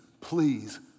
please